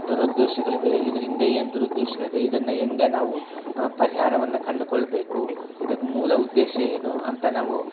ದುರುದ್ದೇಶಗಳಿವೆ ಇದ್ರ್ಹಿಂದೆ ಏನು ದುರುದ್ದೇಶಗಳ್ದೆ ಇದನ್ನ ಹೇಗೆ ನಾವು ಪರಿಹಾರವನ್ನ ಕಂಡುಕೊಳ್ಳಬೇಕು ಇದಕ್ಕೆ ಮೂಲ ಉದ್ದೇಶ ಏನು ಅಂತ ನಾವು